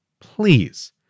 please